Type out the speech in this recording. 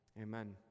amen